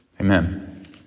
Amen